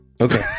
Okay